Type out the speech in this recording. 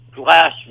glass